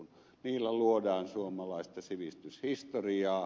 niillä luodaan suomalaista sivistyshistoriaa